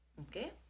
Okay